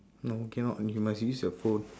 no cannot you must use your phone